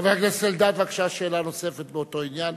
חבר הכנסת אלדד, בבקשה, שאלה נוספת באותו עניין.